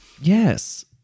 yes